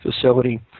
Facility